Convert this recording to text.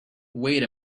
wait